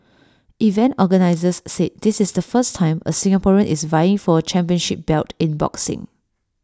event organisers said this is the first time A Singaporean is vying for A championship belt in boxing